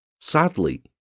sadly